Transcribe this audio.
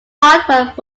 artwork